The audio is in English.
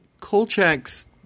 Kolchak's